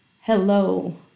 hello